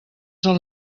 són